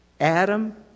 Adam